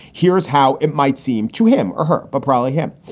here's how it might seem to him or her, but probably him,